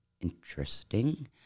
Interesting